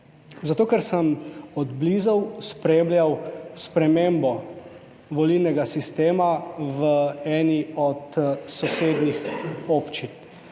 Zato, ker sem od blizu spremljal spremembo volilnega sistema v eni od sosednjih občin